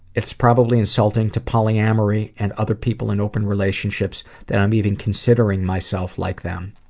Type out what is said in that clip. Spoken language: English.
it's probably insulting to polyamory and other people in open relationships that i'm even considering myself like them.